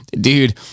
dude